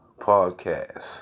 Podcast